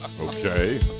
Okay